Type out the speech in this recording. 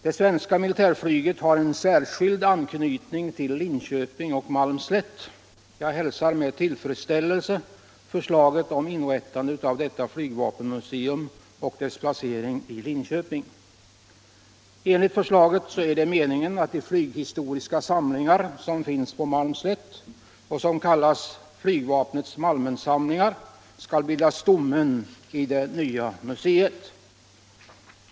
Det svenska militärflyget har en särskild anknytning till Linköping och Malmslätt. Jag hälsar med tillfredsställelse förslaget om inrättandet av detta flygvapenmuseum och dess placering i Linköping. Enligt förslaget är det meningen att de flyghistoriska samlingar som finns på Malmslätt och som kallas Flygvapnets Malmensamlingar skall bilda stommen i det nya museet.